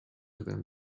than